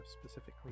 specifically